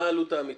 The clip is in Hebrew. מה העלות האמתית?